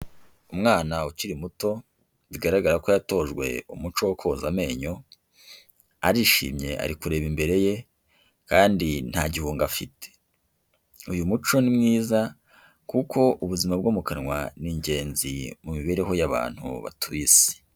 Umwana ukiri muto, bigaragara ko yatojwe umuco wo koza amenyo, arishimye arikureba imbere ye kandi nta gihunga afite. Uyu muco ni mwiza kuko ubuzima bwo mu kanwa ni ingenzi mu mibereho y'abantu batuye Isi.